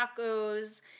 tacos